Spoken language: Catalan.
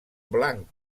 blanc